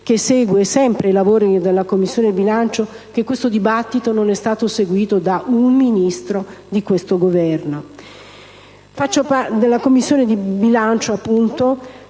che segue sempre i lavori della Commissione bilancio, che questo dibattito non sia stato seguito da un Ministro di questo Governo),